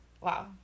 wow